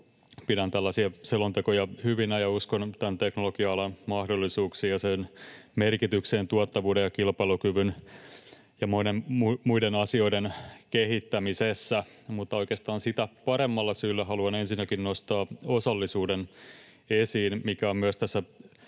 pidän tällaisia selontekoja hyvinä ja uskon tämän teknologia-alan mahdollisuuksiin ja merkitykseen tuottavuuden, kilpailukyvyn ja muiden asioiden kehittämisessä. Mutta oikeastaan sitä paremmalla syyllä haluan ensinnäkin nostaa esiin osallisuuden, mikä on myös tässä